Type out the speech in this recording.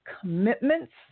commitments